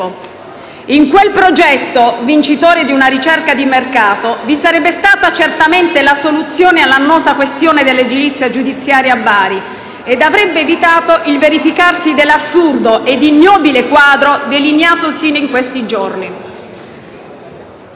In quel progetto, vincitore di una ricerca di mercato, vi sarebbe stata certamente la soluzione all'annosa questione dell'edilizia giudiziaria a Bari. Essa avrebbe evitato, inoltre, il verificarsi dell'assurdo ed ignobile quadro delineatosi in questi giorni.